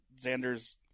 xander's